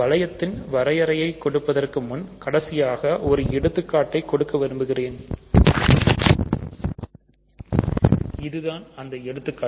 வளையத்தின் வரையறையை கொடுப்பதற்கு முன் கடைசியாக ஒரு எடுத்துக்காட்டை கொடுக்க விரும்புகிறேன் இது தான் அந்த எடுத்துக்காட்டு